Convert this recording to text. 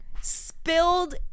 Spilled